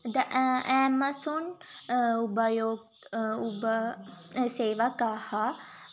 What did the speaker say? the ए Amazon उपयोगः उप सेवकाः